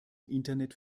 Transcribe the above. internet